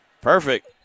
Perfect